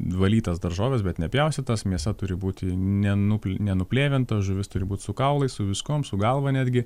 nuvalytas daržoves bet nepjaustytas mėsa turi būti ne nu nenuplėventa o žuvis turi būt su kaulais su viskuom su galva netgi